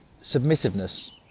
submissiveness